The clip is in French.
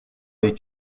les